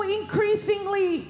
increasingly